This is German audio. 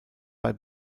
bei